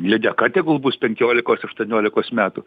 lydeka tegul bus penkiolikos aštuoniolikos metų